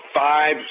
five